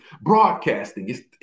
broadcasting